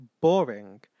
boring